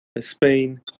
Spain